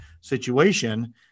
situation